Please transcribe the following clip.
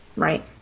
Right